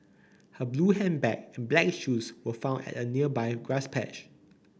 her blue handbag and black shoes were found at a nearby grass patch